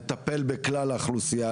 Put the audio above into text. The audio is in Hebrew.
מטפל בכלל האוכלוסייה,